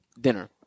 dinner